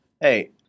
Hey